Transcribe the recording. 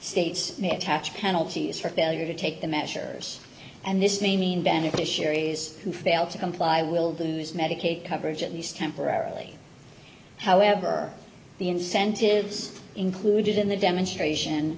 states may attach penalties for failure to take the measures and this may mean beneficiaries who fail to comply will do is medicaid coverage at least temporarily however the incentives included in the demonstration